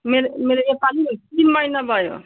मेरो मेरो यो पालि तिन महिना भयो